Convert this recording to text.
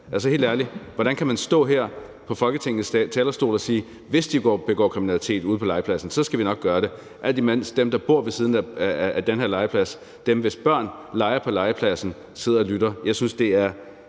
hvordan kan man stå her på Folketingets talerstol og sige, at hvis de begår kriminalitet ude på legepladsen, skal vi nok gøre det, mens dem, der bor ved siden af den her legeplads, altså dem, hvis børn leger på legepladsen, sidder og lytter? Jeg har svært ved